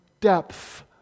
depth